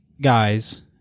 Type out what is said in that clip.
guys